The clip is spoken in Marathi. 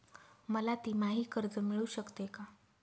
मला तिमाही कर्ज मिळू शकते का?